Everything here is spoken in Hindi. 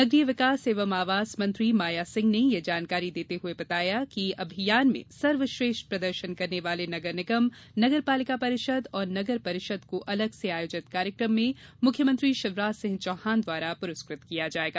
नगरीय विकास एवं आवास मंत्री माया सिंह ने यह जानकारी देते हुए बताया है कि अभियान में सर्वश्रेष्ठ प्रदर्शन करने वाले नगर निगम नगर पालिका परिषद और नगर परिषद को अलग से आयोजित कार्यक्रम में मुख्यमंत्री शिवराज सिंह चौहान द्वारा पुरस्कृत किया जायेगा